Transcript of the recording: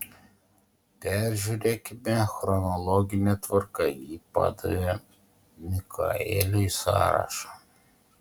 peržiūrėkime chronologine tvarka ji padavė mikaeliui sąrašą